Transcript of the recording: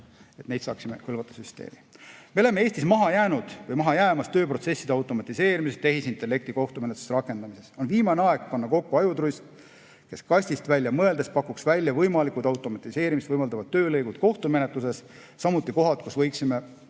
neid saaksime külvata süsteemi. Me oleme Eestis maha jäänud või maha jäämas tööprotsesside automatiseerimises ja tehisintellekti kohtumenetluses rakendamises. On viimane aeg panna kokku ajutrust, kes kastist välja mõeldes pakuks välja võimalikud automatiseerimist võimaldavad töölõigud kohtumenetluses, samuti kohad, kus võiksime